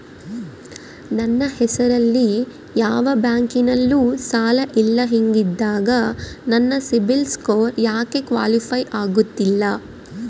ನನ್ನ ಹೆಸರಲ್ಲಿ ಯಾವ ಬ್ಯಾಂಕಿನಲ್ಲೂ ಸಾಲ ಇಲ್ಲ ಹಿಂಗಿದ್ದಾಗ ನನ್ನ ಸಿಬಿಲ್ ಸ್ಕೋರ್ ಯಾಕೆ ಕ್ವಾಲಿಫೈ ಆಗುತ್ತಿಲ್ಲ?